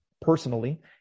personally